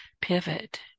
pivot